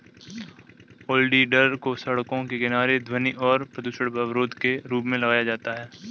oleander को सड़कों के किनारे ध्वनि और प्रदूषण अवरोधक के रूप में लगाया जाता है